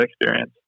experience